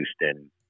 Houston